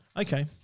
Okay